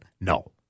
No